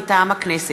מטעם הכנסת: